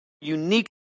Unique